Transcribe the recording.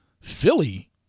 Philly